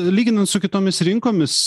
lyginant su kitomis rinkomis